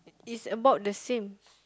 is about the sing